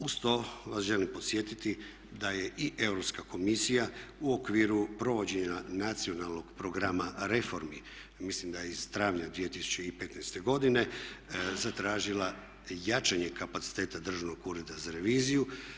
Uz to vas želim podsjetiti da je i Europska komisija u okviru provođenja nacionalnog programa reformi, mislim da je iz travnja 2015. godine, zatražila jačanje kapaciteta Državnog ureda za reviziju.